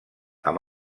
amb